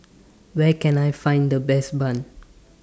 Where Can I Find The Best Bun